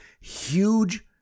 huge